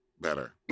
better